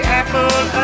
apple